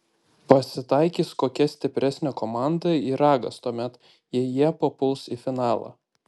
pasitaikys kokia stipresnė komanda ir ragas tuomet jei jie papuls į finalą